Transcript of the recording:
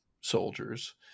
soldiers